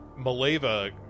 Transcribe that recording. Maleva